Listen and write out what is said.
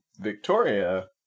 Victoria